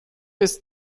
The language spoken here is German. ist